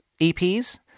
EPs